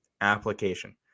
application